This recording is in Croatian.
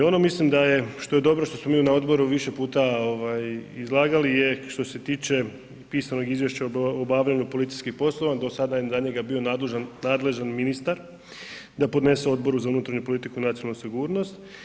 Ono mislim da je što je dobro, što smo mi na odboru više puta izlagali je što se tiče pisanog izvješća o obavljanju policijskih poslova, do sada je za njega bio nadležan ministar da podnese Odboru za unutarnju politiku i nacionalnu sigurnost.